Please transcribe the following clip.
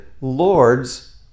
Lords